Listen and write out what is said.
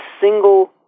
single